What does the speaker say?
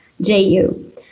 JU